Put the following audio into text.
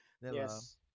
Yes